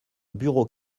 bureau